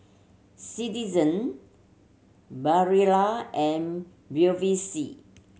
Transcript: Citizen Barilla and Bevy C